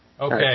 Okay